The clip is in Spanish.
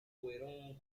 fueron